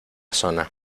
zona